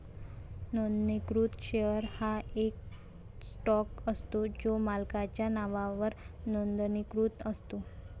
नोंदणीकृत शेअर हा एक स्टॉक असतो जो मालकाच्या नावावर नोंदणीकृत असतो